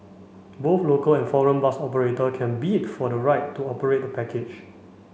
both local and foreign bus operator can bid for the right to operate the package